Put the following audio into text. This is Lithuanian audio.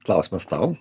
klausimas tau